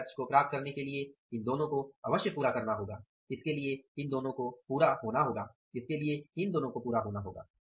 और इस लक्ष्य को प्राप्त करने के लिए इन दोनों को अवश्य पूरा करना होगा इसके लिए इन दोनों को पूरा होना होगा इसके लिए इन दोनों को पूरा होना चाहिए